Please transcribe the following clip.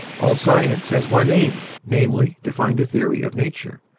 all science has one aim, namely, to find a theory of nature.